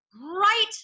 right